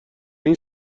این